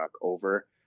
over